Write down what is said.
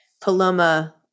Paloma